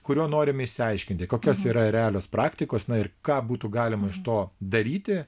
kuriuo norime išsiaiškinti kokios yra realios praktikos ir ką būtų galima iš to daryti